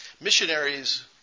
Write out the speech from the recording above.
Missionaries